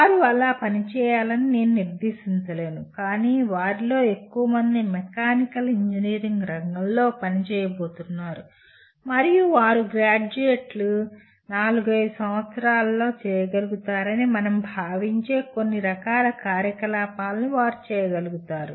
వారు అలా పనిచేయాలని నేను నిర్దేశించలేను కాని వారిలో ఎక్కువ మంది మెకానికల్ ఇంజనీరింగ్ రంగంలో పని చేయబోతున్నారు మరియు వారు గ్రాడ్యుయేట్లు నాలుగైదు సంవత్సరాలలో చేయగలుగుతారని మనం భావించే కొన్ని రకాల కార్యకలాపాలను వారు చేయగలుగుతారు